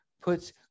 puts